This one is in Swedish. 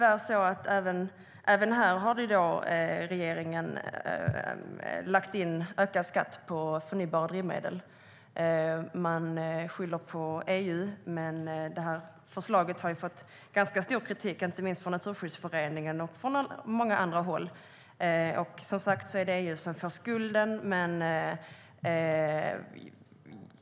Även här har regeringen tyvärr lagt ökad skatt på förnybara drivmedel. Man skyller på EU. Förslaget har dock mött ganska stor kritik från inte minst Naturskyddsföreningen och många andra håll. Men som sagt är det EU som får skulden.